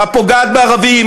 הפוגעת בערבים,